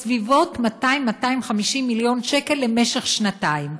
בסביבות 200 250 מיליון שקל למשך שנתיים.